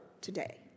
today